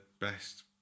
best